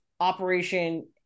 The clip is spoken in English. operation